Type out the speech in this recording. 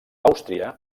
àustria